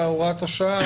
הוראת השעה,